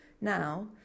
Now